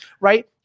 right